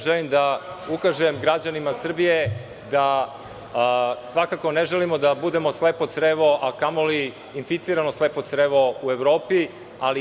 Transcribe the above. Želim da ukažem građanima RS da svakako ne želimo da budemo slepo crevo, a kamo li inficirano slepo crevo u Evropi.